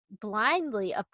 blindly